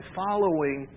following